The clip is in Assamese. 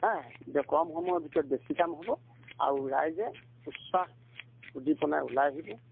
হে এতিয়া কম সময়ৰ ভিতৰত বেছি কাম হ'ব আৰু ৰাইজে উৎসাহ দি পনাই ওলাই আহিব